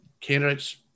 candidates